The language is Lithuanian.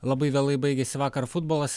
labai vėlai baigėsi vakar futbolas